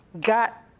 got